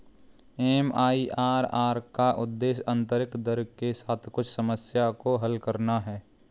MIRR का उद्देश्य आंतरिक दर के साथ कुछ समस्याओं को हल करना है